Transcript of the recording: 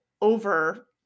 over